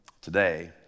Today